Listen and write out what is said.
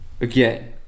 again